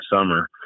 summer